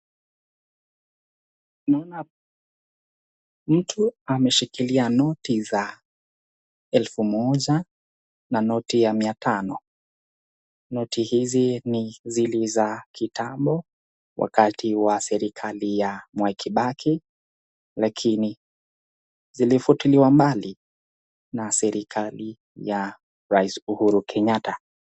Naona mtu ameshikilia noti za elfu moja na noti ya mia tano. Noti hizi ni zile za kitambo wakati wa serikali ya Mwai Kibaki, lakini zilifutiliwa mbali na serikali ya Rais Uhuru Kenyatta.